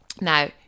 Now